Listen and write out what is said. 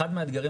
אחד מהאתגרים,